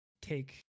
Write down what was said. take